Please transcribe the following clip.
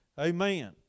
Amen